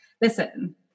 listen